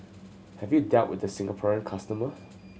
have you dealt with the Singaporean customer